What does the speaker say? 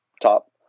top